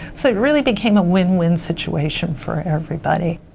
so it really became a win-win situation for everybody.